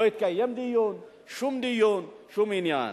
לא התקיים דיון, שום דיון, שום עניין.